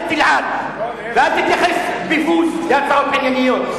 אל תלעג ואל תתייחס בבוז להצעות ענייניות.